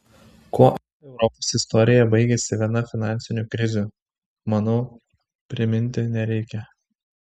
kuo europos istorijoje baigėsi viena finansinių krizių manau priminti nereikia